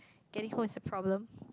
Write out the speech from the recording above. getting home is a problem